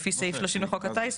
לפי סעיף 30 לחוק הטיס.